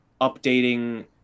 updating